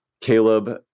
Caleb